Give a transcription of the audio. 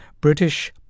British